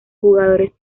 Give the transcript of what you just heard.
jugadores